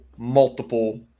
multiple